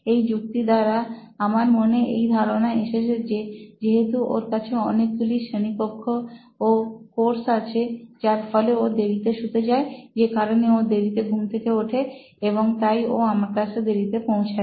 এই যুক্তি দ্বারা আমার মনে এই ধারণা এসেছে যে যেহেতু ওর কাছে অনেকগুলো শ্রেণীকক্ষ ও কোর্স আছে যার ফলে ও দেরিতে শুতে যায় যে কারণে ও দেরিতে ঘুম থেকে উঠে এবং তাই ও আমার ক্লাসে দেরিতে পৌঁছায়